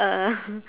uh